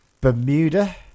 Bermuda